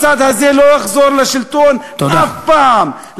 הצד הזה לא יחזור לשלטון אף פעם.